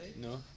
No